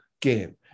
game